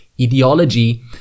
ideology